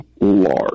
large